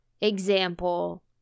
example